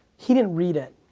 he didn't read it,